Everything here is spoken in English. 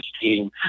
team